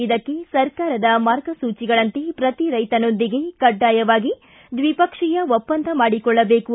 ಇದಕ್ಕೆ ಸರ್ಕಾರದ ಮಾರ್ಗಸೂಚಿಗಳಂತೆ ಪ್ರತಿ ರೈತನೊಂದಿಗೆ ಕಡ್ಡಾಯವಾಗಿ ದ್ವಿಪಕ್ಷೀಯ ಒಪ್ಪಂದ ಮಾಡಿಕೊಳ್ಳಬೇಕು